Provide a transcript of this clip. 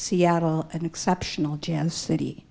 seattle an exceptional jan city